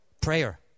prayer